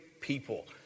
people